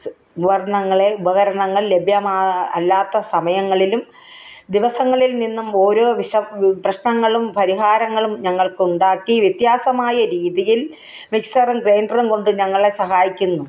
ഉപകരണങ്ങളെ ഉപകരണങ്ങൾ ലഭ്യമല്ലാത്ത സമയങ്ങളിലും ദിവസങ്ങളിൽ നിന്നും ഓരോ പ്രശ്നങ്ങളും പരിഹാരങ്ങളും ഞങ്ങൾക്കുണ്ടാക്കി വ്യത്യാസമായ രീതിയിൽ മിക്സറും ഗ്രൈൻ്ററും കൊണ്ട് ഞങ്ങളെ സഹായിക്കുന്നു